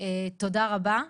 תודה רבה,